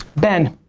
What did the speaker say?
ben.